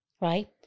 right